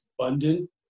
abundant